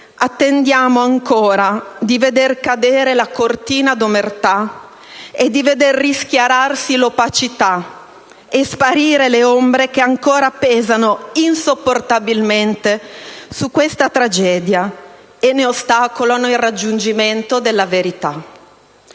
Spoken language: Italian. attendiamo ancora di veder cadere la cortina d'omertà e di vedere rischiararsi l'opacità e sparire le ombre che ancora pesano insopportabilmente su questa tragedia ed ostacolano il raggiungimento della verità.